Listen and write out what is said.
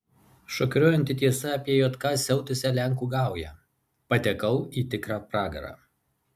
šokiruojanti tiesa apie jk siautusią lenkų gaują patekau į tikrą pragarą